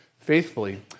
faithfully